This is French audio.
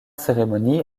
cérémonie